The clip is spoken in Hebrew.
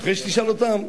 ואחרי שתשאל אותם,